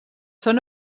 són